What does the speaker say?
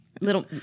Little